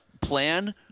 plan